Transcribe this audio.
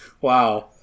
Wow